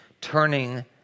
turning